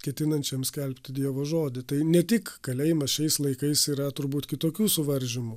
ketinančiam skelbti dievo žodį tai ne tik kalėjimas šiais laikais yra turbūt kitokių suvaržymų